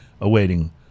awaiting